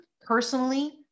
personally